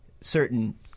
certain